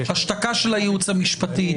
השתקה של הייעוץ המשפטי,